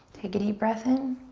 take a deep breath in.